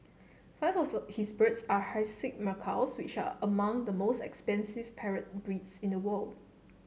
five of his birds are hyacinth macaws which are among the most expensive parrot breeds in the world